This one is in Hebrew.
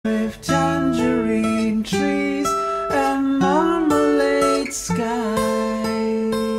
♪ With tangerine trees and marmalade skies ♪